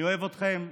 אני אוהב אתכם.